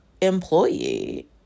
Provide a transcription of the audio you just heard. employee